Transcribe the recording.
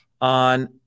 on